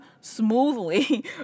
smoothly